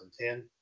2010